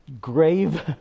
grave